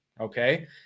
Okay